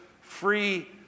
free